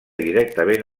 directament